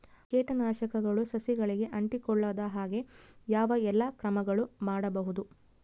ಕೇಟನಾಶಕಗಳು ಸಸಿಗಳಿಗೆ ಅಂಟಿಕೊಳ್ಳದ ಹಾಗೆ ಯಾವ ಎಲ್ಲಾ ಕ್ರಮಗಳು ಮಾಡಬಹುದು?